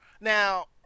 Now